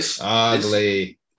Ugly